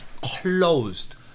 closed